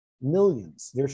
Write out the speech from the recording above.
millions